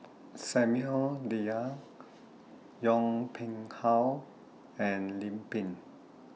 Samuel Dyer Yong How and Lim Pin